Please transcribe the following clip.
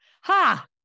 Ha